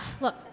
Look